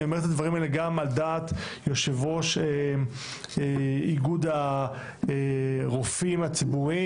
אני אומר את הדברים האלה גם על דעת יושב-ראש איגוד הרופאים הציבוריים,